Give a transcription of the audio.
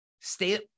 stay